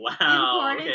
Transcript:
wow